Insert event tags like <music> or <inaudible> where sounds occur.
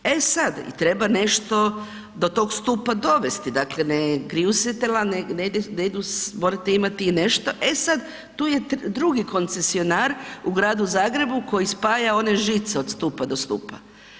E sad treba nešto do tog stupa dovesti, dakle ne ... <unintelligible> morate imati nešto, e sad tu je drugi koncesionar u gradu Zagrebu koji spaja one žice od stupa do stupa.